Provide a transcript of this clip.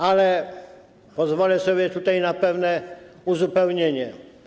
Ale pozwolę sobie tutaj na pewne uzupełnienie.